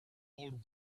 old